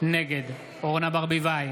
נגד אורנה ברביבאי,